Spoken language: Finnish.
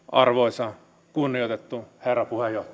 arvoisa kunnioitettu herra